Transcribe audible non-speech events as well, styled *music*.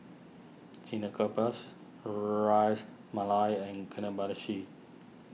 *unintelligible* Ras Malai and *unintelligible*